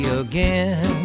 again